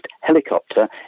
helicopter